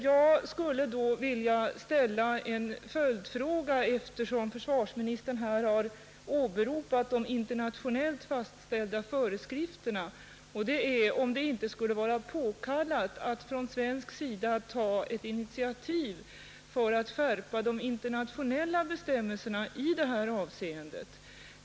Jag skulle då vilja ställa en följdfråga, eftersom försvarsministern här åberopade de internationellt fastställda föreskrifterna, nämligen om det inte skulle vara påkallat att från svensk sida ta ett initiativ för att skärpa de internationella bestämmelserna i detta avseende.